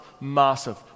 massive